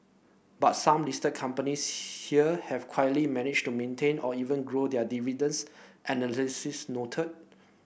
but some listed companies here have quietly managed to maintain or even grow their dividends analysts note